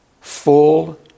full